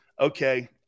Okay